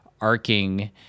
arcing